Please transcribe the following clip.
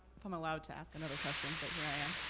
um allowed to ask another question, but here i am.